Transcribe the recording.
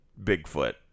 Bigfoot